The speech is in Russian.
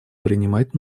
принимать